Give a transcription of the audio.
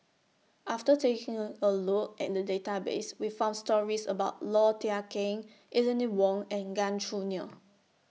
after taking A A Look At The Database We found stories about Low Thia Khiang Eleanor Wong and Gan Choo Neo